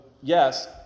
yes